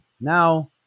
Now